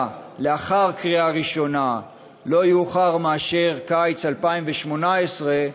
לאחר קריאה ראשונה לא יאוחר מקיץ 2018,